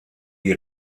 die